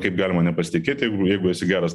kaip galima nepasitikėti jeigu esi geras